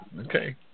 Okay